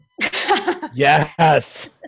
Yes